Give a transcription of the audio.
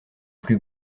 plus